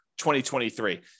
2023